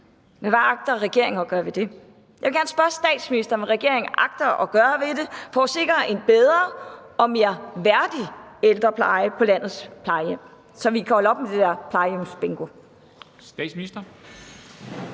hvad agter regeringen at gøre ved det? Jeg vil gerne spørge statsministeren, hvad regeringen agter at gøre for at sikre en bedre og mere værdig ældrepleje på landets plejehjem, så vi kan holde op med det der plejehjemsbingo. Kl.